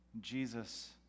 Jesus